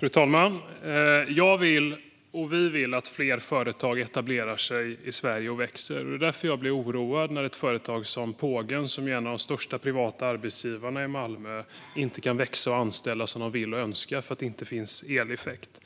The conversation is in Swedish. Fru talman! Jag vill, och vi vill, att fler företag etablerar sig och växer i Sverige. Det är därför jag blir oroad när ett företag som Pågen, som är en av de största privata arbetsgivarna i Malmö, inte kan växa och anställa som de vill och önskar för att det inte finns eleffekt. Om